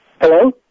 Hello